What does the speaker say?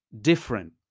different